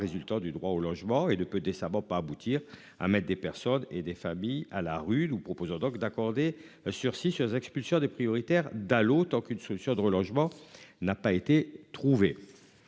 résultant du droit au logement et de peut décemment pas aboutir à mettre des personnes et des familles à la rue. Nous proposons donc d'accorder sursis sur expulsions des prioritaires Dalo tant qu'une solution de relogement n'a pas été trouvé.